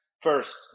first